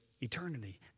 eternity